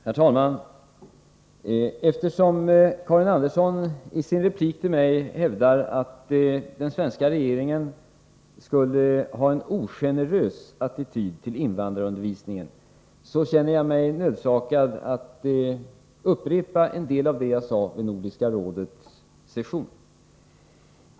Herr talman! Eftersom Karin Andersson i sin replik till mig hävdar att den svenska regeringen skulle ha en ogenerös attityd till invandrarundervisningen känner jag mig nödsakad att upprepa en del av det jag sade vid Nordiska rådets session.